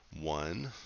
one